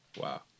Wow